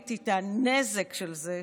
ראיתי את הנזק של זה,